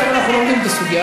אדוני היושב-ראש,